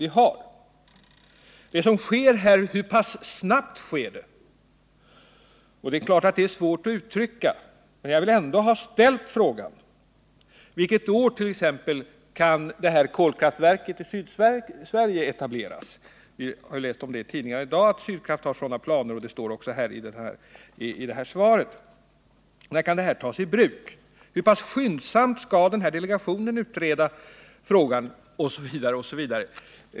Hur pass snabbt går utvecklingsarbetet på detta område? Det är naturligtvis svårt att i exakta termer ge ett svar på den frågan, men jag vill ändå ställa den. Vilket år t.ex. kan kolkraftverket i Sydsverige etableras? Vi har i dag i tidningarna läst att Sydkraft håller på att bygga ett sådant kraftverk, och det meddelas också i svaret. När kan detta kolkraftverk tas i bruk? Hur pass skyndsamt skall den här delegationen arbeta, osv?